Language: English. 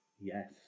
Yes